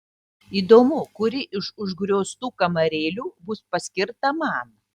įdomu kuri iš užgrioztų kamarėlių bus paskirta man